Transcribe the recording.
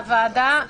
הוועדה,